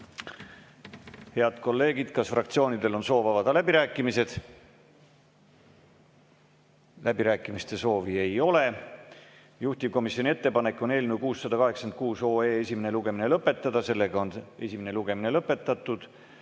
Head kolleegid, kas fraktsioonidel on soovi avada läbirääkimised? Läbirääkimiste soovi ei ole. Juhtivkomisjoni ettepanek on eelnõu 686 esimene lugemine lõpetada. Esimene lugemine on lõpetatud.